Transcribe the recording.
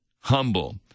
humble